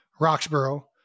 Roxborough